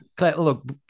look